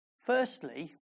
Firstly